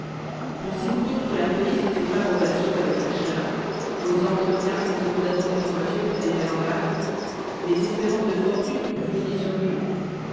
pensez-vous donc que la police ne sait pas vos relations avec lacheneur vos entretiens quand il vous attendait en voiture près des terrains vagues les espérances de fortune que vous fondiez sur lui